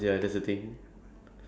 ah ya ya ya